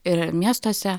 ir miestuose